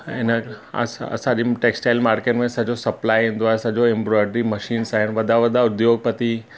ऐं हिन असां असांजी टेक्स्टाइल मार्केट में सॼो सप्लाइ ईंदो आहे सॼो एम्ब्रॉयड्री मशीन्स आहिनि वॾा वॾा उद्योगपति